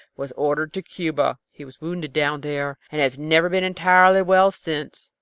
was ordered to cuba. he was wounded down there, and has never been entirely well since.